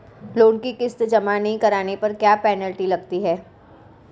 Loan की किश्त जमा नहीं कराने पर क्या पेनल्टी लगती है?